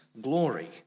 glory